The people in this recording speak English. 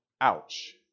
Ouch